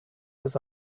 his